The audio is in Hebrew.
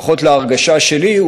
לפחות להרגשה שלי,